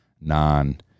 non